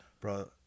Bro